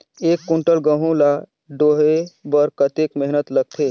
एक कुंटल गहूं ला ढोए बर कतेक मेहनत लगथे?